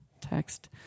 text